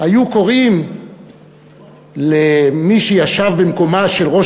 היו קוראים למי שישב במקומה של ראש